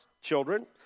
children